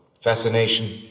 Fascination